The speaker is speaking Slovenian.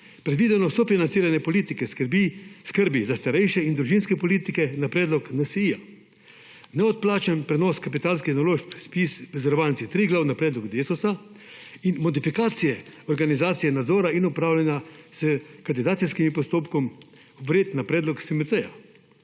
Predvideno sofinanciranje politike skrbi za starejše in družinske politike na predlog NSi. Neodplačan prenos kapitalskih naložb ZPIS Zavarovalnice Triglav na predlog Desus in modifikacije organizacije nadzora in upravljanja s kandidacijskim postopkom vred na predlog SMC.